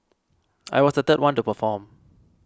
I was the third one to perform